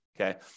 okay